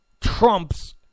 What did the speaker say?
Trump's